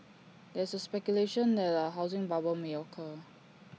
there is speculation that A housing bubble may occur